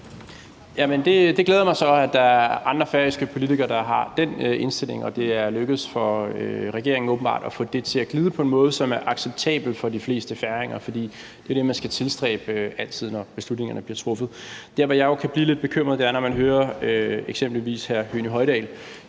at der er andre færøske politikere, der har den indstilling, og at det åbenbart er lykkedes for regeringen at få det til at glide på en måde, som er acceptabel for de fleste færinger, for det er det, man altid skal tilstræbe, når beslutninger bliver truffet. Der, hvor jeg jo kan blive lidt bekymret, er, når man eksempelvis hører hr. Høgni Hoydal